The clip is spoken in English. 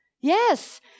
Yes